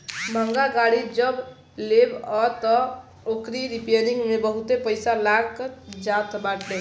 महंग गाड़ी जब लेबअ तअ ओकरी रिपेरिंग में बहुते पईसा लाग जात बाटे